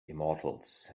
immortals